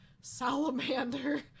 salamander